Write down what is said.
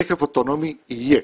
רכב אוטונומי יהיה,